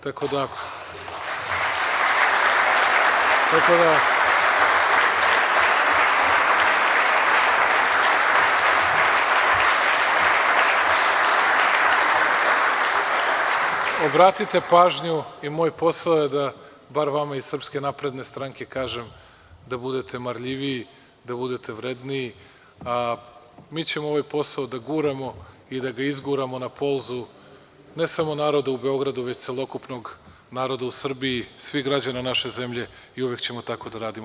Tako da obratite pažnju, i moj posao je da bar vama iz SNS kažem da budete marljiviji, vredniji, a mi ćemo ovaj posao da guramo i da ga izguramo na polzu, ne samo naroda u Beogradu, već celokupnog naroda u Srbiji, svih građana naše zemlje i uvek ćemo tako da radimo.